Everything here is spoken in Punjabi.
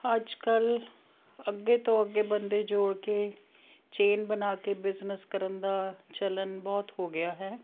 ਅੱਜ ਕੱਲ੍ਹ ਅੱਗੇ ਤੋਂ ਅੱਗੇ ਬੰਦੇ ਜੋੜ ਕੇ ਚੇਨ ਬਣਾ ਕੇ ਬਿਜ਼ਨਸ ਕਰਨ ਦਾ ਚਲਨ ਬਹੁਤ ਹੋ ਗਿਆ ਹੈ